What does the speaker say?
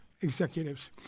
executives